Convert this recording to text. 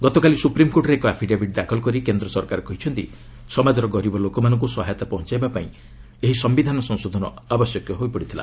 ଗତକାଲି ସୁପ୍ରିମ୍କୋର୍ଟରେ ଏକ ଆଫିଡାବିଟ୍ ଦାଖଲ କରି କେନ୍ଦ୍ର ସରକାର କହିଛନ୍ତି ସମାଜର ଗରିବ ଲୋକମାନଙ୍କୁ ସହାୟତା ପହଞ୍ଚାଇବାପାଇଁ ଏହି ସମ୍ଭିଧାନ ସଂଶୋଧନ ଆବଶ୍ୟକୀୟ ହୋଇପଡ଼ିଥିଲା